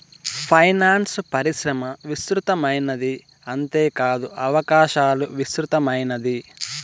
finance పరిశ్రమ విస్తృతమైనది అంతేకాదు అవకాశాలు విస్తృతమైనది